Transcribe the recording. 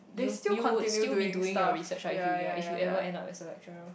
you you would still be doing your research right ya if you ever end up as a lecturer